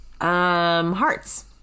hearts